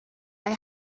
yng